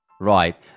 Right